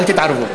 אל תתערבו.